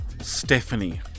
Stephanie